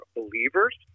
believers